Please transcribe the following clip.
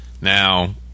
Now